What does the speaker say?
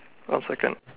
one second